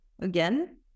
again